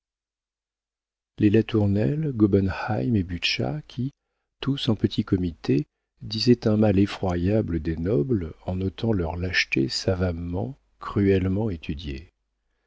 les latournelle gobenheim et butscha qui tous en petit comité disaient un mal effroyable des nobles en notant leurs lâchetés savamment cruellement étudiées